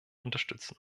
unterstützen